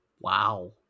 Wow